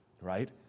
right